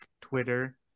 Twitter